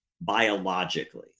biologically